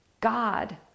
God